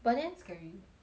but then scary